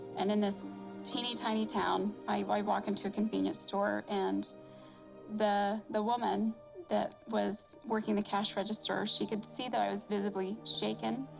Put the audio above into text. and in this teeny, tiny town, i walk into a convenience store. and the the woman that was working the cash register, she could see that i was visibly shaken.